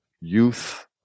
youth